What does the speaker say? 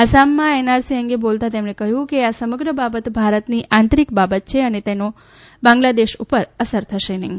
આસામમાં એનઆરસી અંગે બોલતા તેમણે કહ્યું કે આ સમગ્ર બાબત ભારતની આંતરીક બાબત છે અને તેની બાંગ્લાદેશ ઉપર અસર થશે નહીં